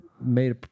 made